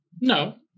No